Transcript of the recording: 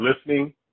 listening